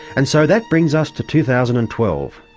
and so that brings us to two thousand and twelve,